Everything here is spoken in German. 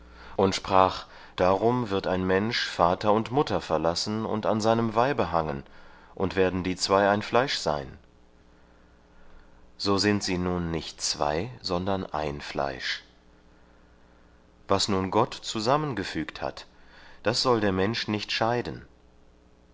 und sprach darum wird ein mensch vater und mutter verlassen und an seinem weibe hangen und werden die zwei ein fleisch sein so sind sie nun nicht zwei sondern ein fleisch was nun gott zusammengefügt hat das soll der mensch nicht scheiden